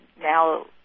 now